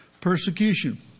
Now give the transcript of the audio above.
Persecution